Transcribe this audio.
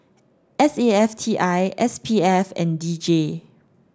S A F T I S P F and D J